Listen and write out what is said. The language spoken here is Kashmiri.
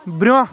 برٛۄنٛہہ